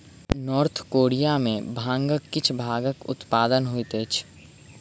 north Korea में भांगक किछ भागक उत्पादन होइत अछि